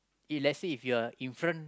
if let's say if you are in front